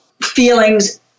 feelings